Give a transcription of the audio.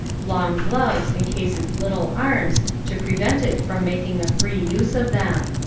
long gloves encase its little arms to prevent it from making a free use of them.